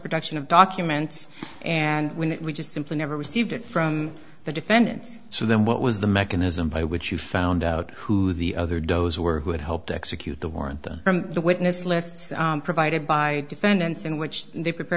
production of documents and we just simply never received it from the defendants so then what was the mechanism by which you found out who the other doe's were who had helped execute the warrant them from the witness list provided by defendants in which they prepare